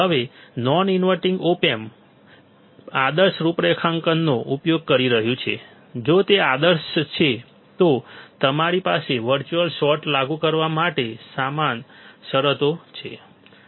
હવે non inverting op amp આદર્શ રૂઉપરેખાંકનોનો ઉપયોગ કરી રહ્યું છે જો તે આદર્શ છે તો અમારી પાસે વર્ચ્યુઅલ શોર્ટ લાગુ કરવા માટે સમાન શરતો છે